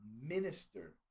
minister